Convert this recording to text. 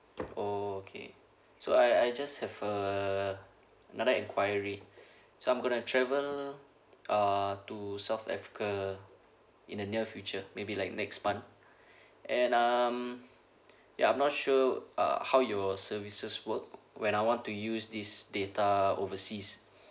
oh okay so I I just have a another enquiry so I'm going to travel uh to south africa in the near future maybe like next month and um ya I'm not sure uh how your services work when I want to use this data overseas